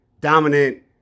dominant